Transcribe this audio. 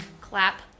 clap